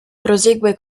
prosegue